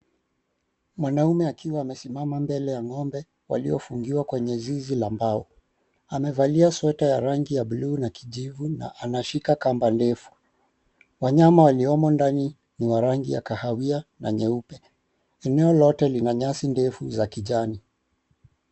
Mwanaume akiwa amesimama mbele ya ng'ombe waliofungiwa kwenye zizi la mbao. Amevalia sweater ya rangi ya bluu na kijivu na anashika kamba ndefu. Wanyama waliomo ndani ni wa rangi ya kahawia na nyeupe. Eneo lote lina nyasi ndefu za kijani.